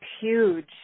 huge